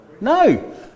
No